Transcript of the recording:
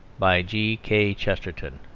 by g. k. chesterton